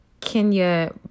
Kenya